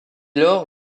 lors